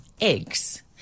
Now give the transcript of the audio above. eggs